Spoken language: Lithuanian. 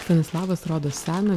stanislavas rodo seną